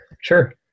Sure